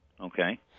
Okay